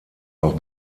auch